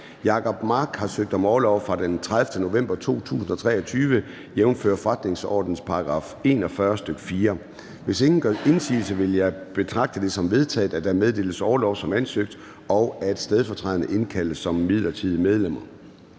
Jacob Mark (SF) har søgt om orlov fra den 30. november 2023, jf. forretningsordenens § 41, stk. 4. Hvis ingen gør indsigelse, vil jeg betragte det som vedtaget, at der meddeles orlov som ansøgt, og at stedfortræderne indkaldes som midlertidige medlemmer.